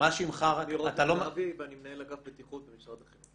זהבי ואני מנהל אגף בטיחות במשרד החינוך.